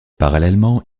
parallèlement